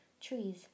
trees